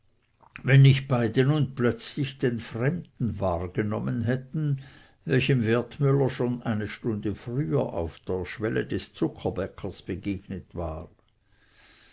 wenn nicht beide nun plötzlich den fremden wahrgenommen hätten welchem wertmüller schon eine stunde früher auf der schwelle des zuckerbäckers begegnet war